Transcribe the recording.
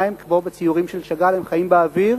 מה, הם כמו בציורים של שאגאל, הם חיים באוויר?